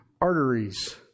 arteries